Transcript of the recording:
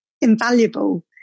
invaluable